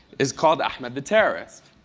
is called ahmed the terrorist.